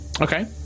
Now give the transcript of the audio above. okay